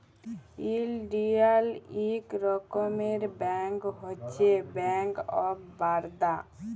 ইলডিয়াল ইক রকমের ব্যাংক হছে ব্যাংক অফ বারদা